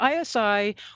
ISI